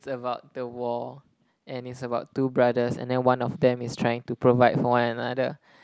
it's about the war and it's about two brothers and then one of them is trying to provide for one another